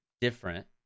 different